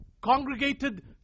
congregated